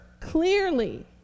clearly